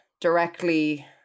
directly